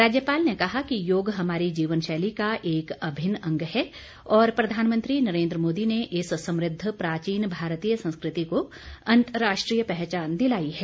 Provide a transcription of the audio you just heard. राज्यपाल ने कहा कि योग हमारी जीवन शैली का एक अभिन्न अंग है और प्रधानमंत्री नरेन्द्र मोदी ने इस समृद्ध प्राचीन भारतीय संस्कृति को अंतर्राष्ट्रीय पहचान दिलाई है